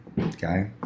Okay